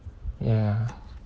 ya